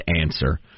answer